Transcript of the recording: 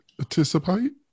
anticipate